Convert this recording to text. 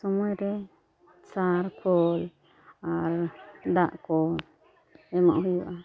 ᱥᱚᱢᱚᱭ ᱨᱮ ᱥᱟᱨ ᱠᱷᱳᱞ ᱟᱨ ᱫᱟᱜ ᱠᱚ ᱮᱢᱚᱜ ᱦᱩᱭᱩᱜᱼᱟ